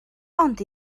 ond